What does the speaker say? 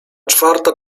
czwarta